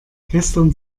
gestern